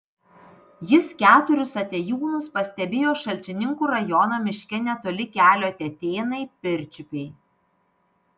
jis keturis atėjūnus pastebėjo šalčininkų rajono miške netoli kelio tetėnai pirčiupiai